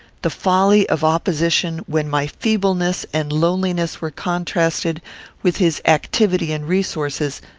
the folly of opposition, when my feebleness and loneliness were contrasted with his activity and resources,